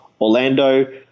Orlando